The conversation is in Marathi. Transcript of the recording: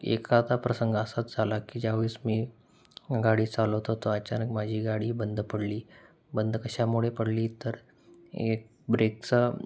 एकदा प्रसंग असाचं झाला की ज्यावेळेस मी गाडी चालवत होतो अचानक माझी गाडी बंद पडली बंद कशामुळे पडली तर एक ब्रेकचा